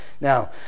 Now